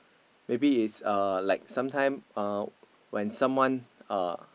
maybe it's uh like sometime uh when someone uh